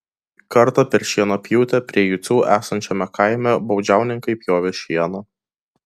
kartą per šienapjūtę prie jucių esančiame kaime baudžiauninkai pjovė šieną